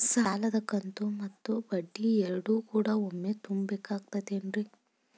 ಸಾಲದ ಕಂತು ಮತ್ತ ಬಡ್ಡಿ ಎರಡು ಕೂಡ ಒಮ್ಮೆ ತುಂಬ ಬೇಕಾಗ್ ತೈತೇನ್ರಿ?